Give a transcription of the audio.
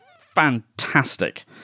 fantastic